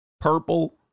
purple